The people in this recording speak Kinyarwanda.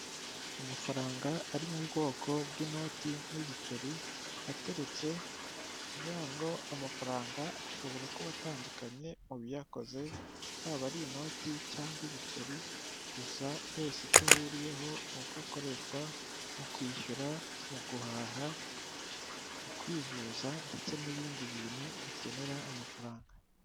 Amafaranga ari mu bwoko bw'inoti n'ibiceri; ateretse, kuvuga ngo amafaranga ashobora kuba atandukanye mubiyakoze haba ari inoti cyangwa ibiceri; gusa yose icyo ahuriyeho ni uko akoreshwa mu kwishyura, mu guhaha, mukwivuza; ndetse n'ibindi bintu bikenera amafaranga.